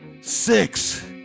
six